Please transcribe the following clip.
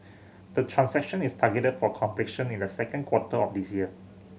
the transaction is targeted for completion in the second quarter of this year